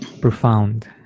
profound